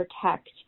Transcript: protect